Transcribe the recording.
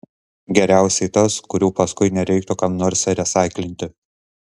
geriausiai tas kurių paskui nereiktų kam nors resaiklinti